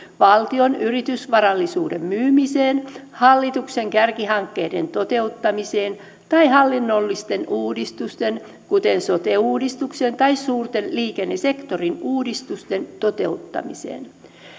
valtion yritysvarallisuuden myymiseen hallituksen kärkihankkeiden toteuttamiseen tai hallinnollisten uudistusten kuten sote uudistuksen tai suurten liikennesektorin uudistusten toteuttamiseen